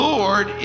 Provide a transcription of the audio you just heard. Lord